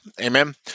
Amen